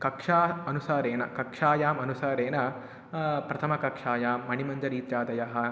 कक्षा अनुसारेण कक्षायाम् अनुसारेण प्रथमकक्षायां मणिमञ्जरी इत्यादयः